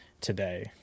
today